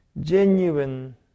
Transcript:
genuine